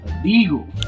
illegal